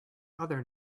other